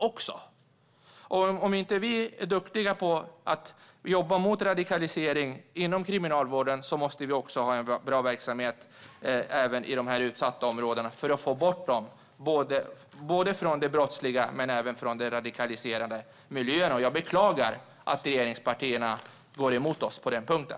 Om vi inom Kriminalvården inte är duktiga på att jobba mot radikalisering måste vi också ha en bra verksamhet även i de utsatta områdena för att få bort dem både från det brottsliga men även från de radikaliserade miljöerna. Jag beklagar att regeringspartierna går emot oss på den punkten.